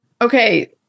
Okay